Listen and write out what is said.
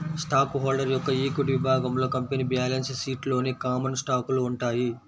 stock holder యొక్క equity విభాగంలో company balance షీట్లోని కామన్ స్టాకులు ఉంటాయి